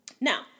Now